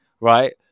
right